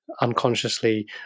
unconsciously